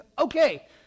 Okay